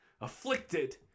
afflicted